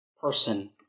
person